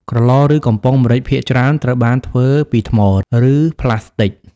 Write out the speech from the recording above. ក្រឡ ឬ កំប៉ុងម្រេចភាគច្រើន ត្រូវបានធ្វើពីថ្ម ឬ ផ្លាស្ទិក។